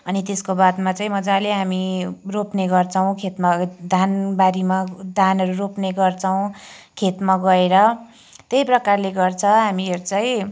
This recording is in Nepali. अनि त्यसको बादमा चाहिँ मजाले हामी रोप्ने गर्छौँ खेतमा धानबारीमा धानहरू रोप्ने गर्छौँ खेतमा गएर त्यही प्रकारले गर्छ हामीहरू चाहिँ